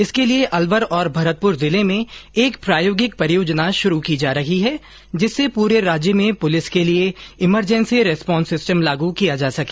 इसके लिए अलवर और भरतपुर जिले में एक प्रायोगिक परियोजना शुरू की जा रही है जिससे पुरे राज्य में पुलिस के लिए इमरजेंसी रेस्पोंस सिस्टम लागू किया जा सके